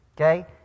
Okay